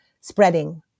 spreading